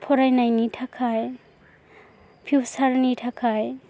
फरायनायनि थाखाय फिउचार नि थाखाय